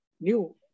new